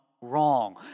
wrong